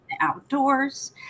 outdoors